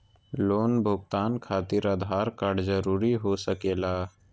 Loan भुगतान खातिर Aadhaar card जरूरी हो सके ला?